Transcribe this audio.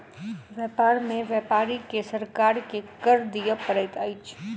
व्यापार में व्यापारी के सरकार के कर दिअ पड़ैत अछि